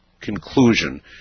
conclusion